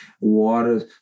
water